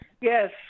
yes